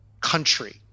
country